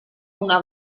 una